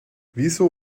wieso